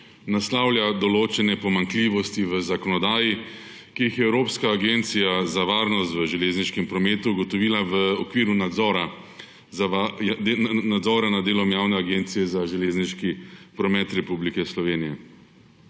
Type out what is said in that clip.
naslavlja določene pomanjkljivosti v zakonodaji, ki jih je evropska agencija za varnost v železniškem prometu ugotovila v okviru nadzora nad delom Javne agencije za železniški promet Republike Slovenije.